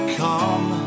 come